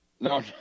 No